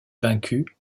vaincus